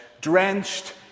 Drenched